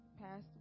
past